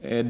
som var på gång.